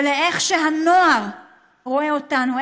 ולאיך שהנוער רואה אותנו,